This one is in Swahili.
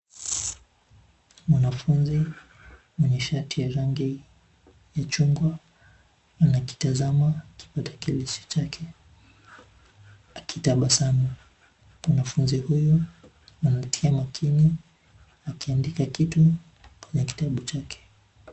Mwanafunzi mwenye shati ya rangi ya chungwa anakitazama kipakatalishi chake akitabasamu. Mwanafunzi huyu anatia makini akiandika kitu kwenye kitabu chake.